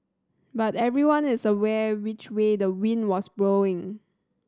but everyone is aware which way the wind was blowing